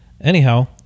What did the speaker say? Anyhow